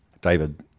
David